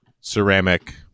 ceramic